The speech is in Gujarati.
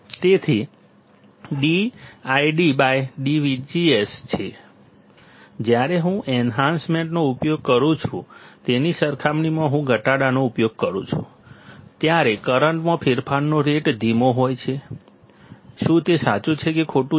તેથી dd છે જ્યારે હું એન્હાન્સમેન્ટનો ઉપયોગ કરું છું તેની સરખામણીમાં હું ઘટાડાનો ઉપયોગ કરું છું ત્યારે કરંટમાં ફેરફારનો રેટ ધીમો હોય છે શું તે સાચું છે કે ખોટું છે